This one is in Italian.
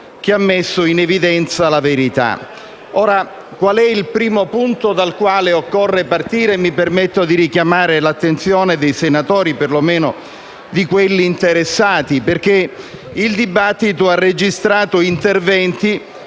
che ha messo in evidenza la verità. Qual è il primo punto da cui occorre partire? Mi permetto di richiamare l'attenzione dei senatori, per lo meno di quelli interessati, perché il dibattito ha registrato interventi